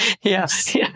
Yes